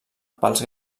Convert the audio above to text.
pels